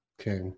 Okay